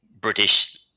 British